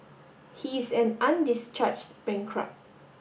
he is an undischarged bankrupt